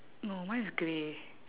no mine is grey